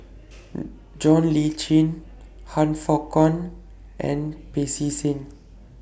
John Le Cain Han Fook Kwang and Pancy Seng